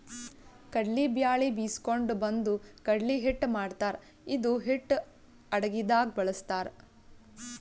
ಕಡ್ಲಿ ಬ್ಯಾಳಿ ಬೀಸ್ಕೊಂಡು ಬಂದು ಕಡ್ಲಿ ಹಿಟ್ಟ್ ಮಾಡ್ತಾರ್ ಇದು ಹಿಟ್ಟ್ ಅಡಗಿದಾಗ್ ಬಳಸ್ತಾರ್